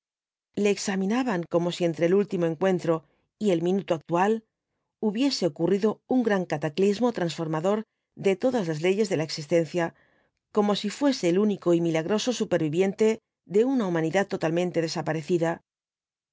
le examinaban como si entre el último encuentro y el minuto actual hubiese ocurrido un gran cataclismo transformador de todas las leyes de la existencia como si fuese el único y milagroso superviviente de una humanidad totalmente desaparecida